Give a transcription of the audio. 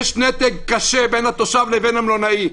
קשה בין התושב לבין המלונאי,